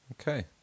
okay